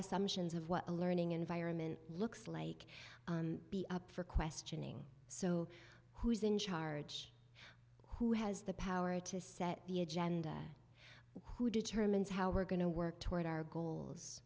assumptions of what a learning environment looks like be up for questioning so who is in charge who has the power to set the agenda who determines how we're going to work toward our goals